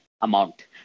amount